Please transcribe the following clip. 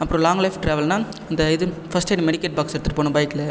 அப்புறம் long life டிராவல்னா இந்த இது ஃபஸ்ட் எயிட் மெடிக்கல் பாக்ஸ் எடுத்துட்டு போகணும் பைக்கில்